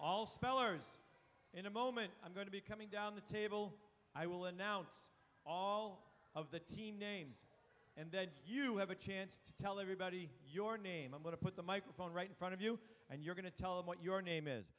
all spellers in a moment i'm going to be coming down the table i will announce all the team names and then you have a chance to tell everybody your name i'm going to put the microphone right in front of you and you're going to tell him what your name is